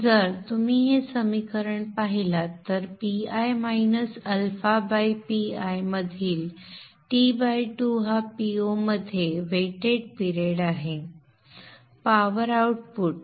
तर जर तुम्ही हे समीकरण पाहिलात तर pi minus alpha by pi मधील T2 हा Po मध्ये वेटेड पिरेड आहे पॉवर आउटपुट